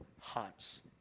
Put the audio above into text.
hearts